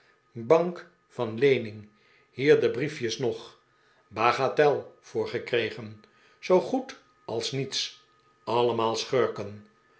bank van leening hier de brief jes nog bagatel voor gekregen zoogoed als niets allemaal schurken